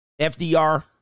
FDR